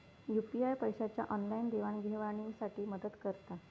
UPI पैशाच्या online देवाणघेवाणी साठी मदत करता